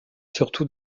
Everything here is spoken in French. surtout